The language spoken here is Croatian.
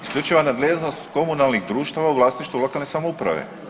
Isključiva je nadležnost komunalnih društava u vlasništvu lokalne samouprave.